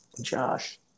Josh